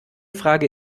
frage